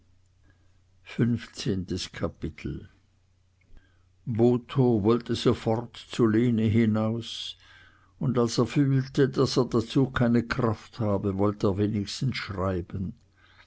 fünfzehntes kapitel botho wollte sofort zu lene hinaus und als er fühlte daß er dazu keine kraft habe wollt er wenigstens schreiben